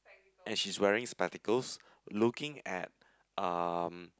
and she's wearing spectacles looking at um